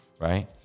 right